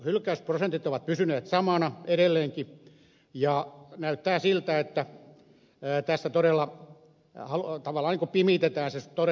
hylkäysprosentit ovat pysyneet samoina edelleenkin ja näyttää siltä että tässä tavallaan pimitetään se todellinen ongelma